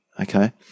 Okay